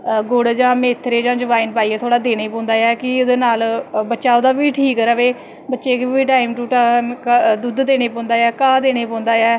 गुड़ जां मेथरी जां जवाईन पाईयै देनीं पौंदी ऐ कि ओह्दे नाल बच्चा ओह्दा बी ठीक रवै बच्चे गी बी टैमा सिर दुद्द देनां पौंदा ऐ घाह् देनां पौंदा